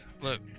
Look